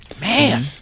Man